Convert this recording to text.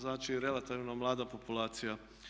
Znači relativno mlada populacija.